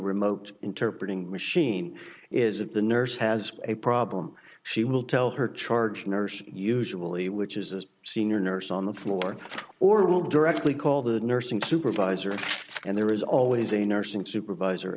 remote interpret in machine is it the nurse has a problem she will tell her charge nurse usually which is the senior nurse on the floor or will directly call the nursing supervisor and there is always a nursing supervisor